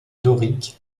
dorique